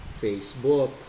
Facebook